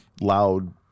loud